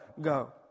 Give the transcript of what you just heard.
go